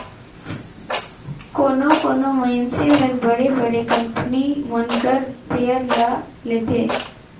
कोनो कोनो मइनसे हर बड़े बड़े कंपनी मन कर सेयर ल लेथे